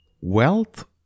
Wealth